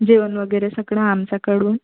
जेवण वगैरे सगळं आमच्याकडून